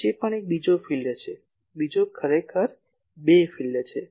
વચ્ચે પણ એક બીજો વિસ્તાર છે બીજો ખરેખર બે વિસ્તાર છે